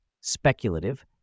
speculative